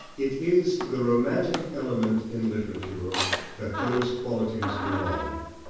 it is to the romantic element in literature that those qualities belong.